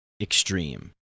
extreme